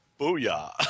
Booyah